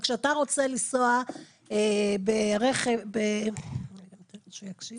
זה אומר שאם אנשים רוצים